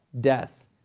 death